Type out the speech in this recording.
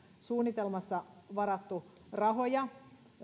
suunnitelmassa varattu rahoja